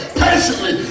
patiently